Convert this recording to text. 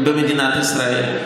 במדינת ישראל.